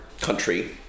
country